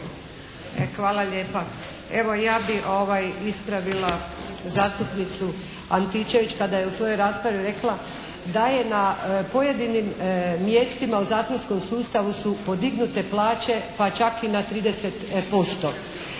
Hvala lijepa. Evo ja bih ispravila zastupnicu Antičević kada je u svojoj raspravi rekla da je na pojedinim mjestima u zatvorskom sustavu su podignute plaće pa čak i na 30%.